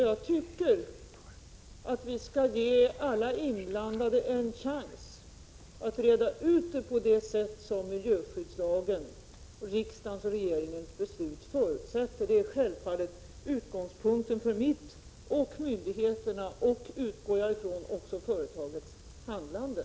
Jag tycker att vi skall ge alla inblandade en chans att reda ut det på det sätt som miljöskyddslagen och riksdagens och regeringens beslut förutsätter. Det är självfallet utgångspunkten för mitt, myndigheternas och — utgår jag ifrån — också företagets handlande.